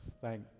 Thank